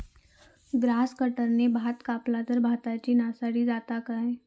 Grass कटराने भात कपला तर भाताची नाशादी जाता काय?